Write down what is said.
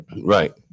right